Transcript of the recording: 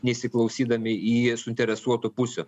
neįsiklausydami į suinteresuotų pusių